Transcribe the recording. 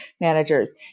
managers